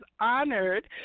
honored